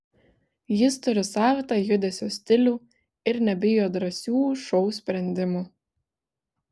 jis turi savitą judesio stilių ir nebijo drąsių šou sprendimų